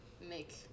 make